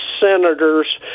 senators